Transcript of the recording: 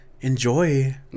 enjoy